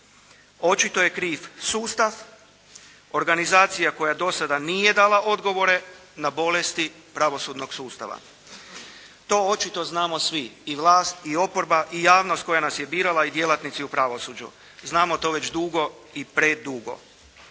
Očito je kriv sustav, organizacija koja nije dala odgovore na bolesti pravosudnog sustava. To očito znamo svi i vlast i oporba i javnost koja nas je birala i djelatnici u pravosuđu. Znamo to već dugo i predugo.